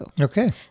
Okay